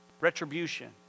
Retribution